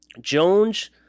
Jones